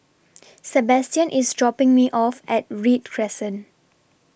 Sabastian IS dropping Me off At Read Crescent